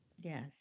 Yes